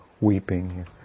weeping